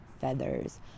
feathers